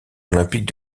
olympiques